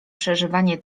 przeżywanie